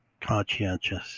conscientious